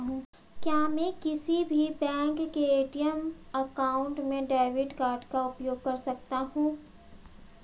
क्या मैं किसी भी बैंक के ए.टी.एम काउंटर में डेबिट कार्ड का उपयोग कर सकता हूं?